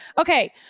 Okay